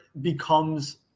becomes